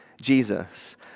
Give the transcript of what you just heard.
Jesus